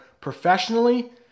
professionally